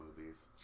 movies